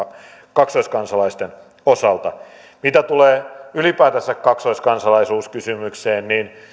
kaksoiskansalaisten osalta mitä tulee ylipäätänsä kaksoiskansalaisuuskysymykseen niin